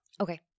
Okay